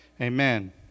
Amen